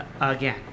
again